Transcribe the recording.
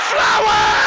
Flower